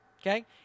okay